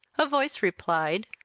a voice replied,